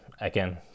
again